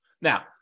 Now